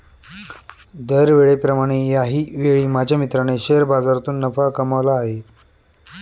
दरवेळेप्रमाणे याही वेळी माझ्या मित्राने शेअर बाजारातून नफा कमावला आहे